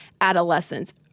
adolescents